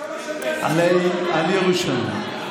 על ירושלים.